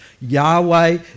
Yahweh